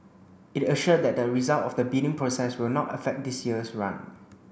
it assured that the result of the bidding process will not affect this year's run